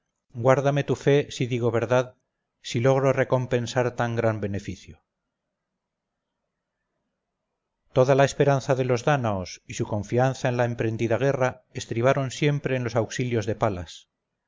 guárdame tu fe si digo verdad si logro recompensar tan gran beneficio toda la esperanza de los dánaos y su confianza en la emprendida guerra estribaron siempre en los auxilios de palas